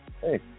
hey